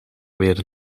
weer